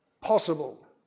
possible